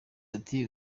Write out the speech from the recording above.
ati